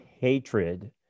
hatred